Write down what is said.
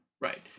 Right